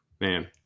man